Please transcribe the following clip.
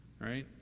Right